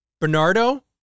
Bernardo